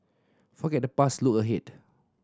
forget the past look ahead